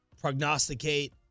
prognosticate